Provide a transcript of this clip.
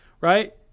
right